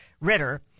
Ritter